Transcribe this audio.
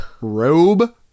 Robe